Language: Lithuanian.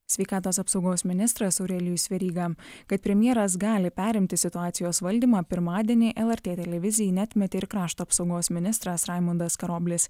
sveikatos apsaugos ministras aurelijus veryga kad premjeras gali perimti situacijos valdymą pirmadienį lrt televizijai neatmetė ir krašto apsaugos ministras raimundas karoblis